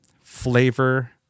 flavor